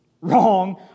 Wrong